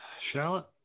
Charlotte